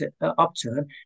upturn